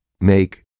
make